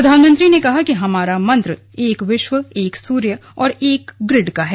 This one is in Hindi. प्रधानमंत्री ने कहा कि हमारा मंत्र एक विश्व एक सूर्य और एक ग्रिड का है